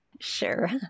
Sure